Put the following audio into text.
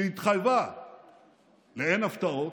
שהתחייבה ל"אין הפתעות",